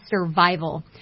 survival